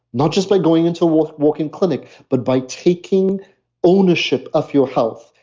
not just by going into walk walk in clinic, but by taking ownership of your health.